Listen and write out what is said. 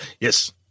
Yes